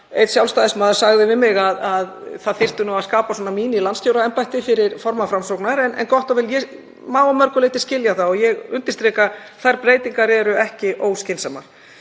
Einn Sjálfstæðismaður sagði við mig að það þyrfti að skapa svona míní-landstjóraembætti fyrir formann Framsóknar, en gott og vel, það má að mörgu leyti skilja það. Ég undirstrika að þær breytingar eru ekki óskynsamlegar.